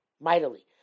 mightily